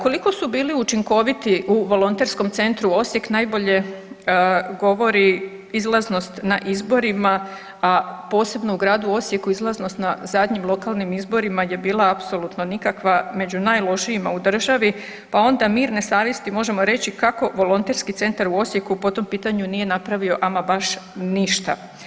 Koliko su bili učinkoviti u Volonterskom centru Osijek najbolje govori izlaznost na izborima, a posebno u gradu Osijeku izlaznost na zadnjim lokalnim izborima je bila aposlutno nikakva, među najlošijima u državi pa onda mirne savjesti možemo reći kako Volonterski centar u Osijeku po tom pitanju nije napravio ama baš ništa.